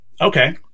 Okay